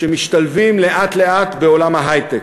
שמשתלבים לאט-לאט בעולם ההיי-טק.